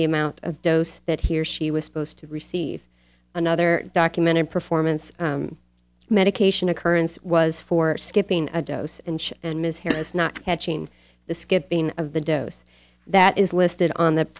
the amount of dose that he or she was supposed to receive another documented performance medication occurrence was for skipping a dose and ms harris not catching the skipping of the dose that is listed on the